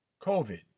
COVID